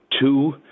two